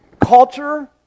culture